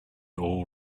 all